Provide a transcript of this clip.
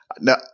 No